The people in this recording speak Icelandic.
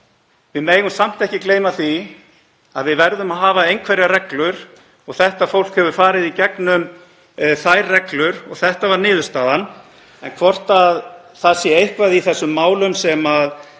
við megum samt ekki gleyma því að við verðum að hafa einhverjar reglur og þetta fólk hefur farið í gegnum þær reglur og þetta var niðurstaðan. En hvort það sé eitthvað í þessum málum sem